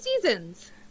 seasons